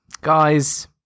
Guys